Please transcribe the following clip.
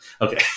Okay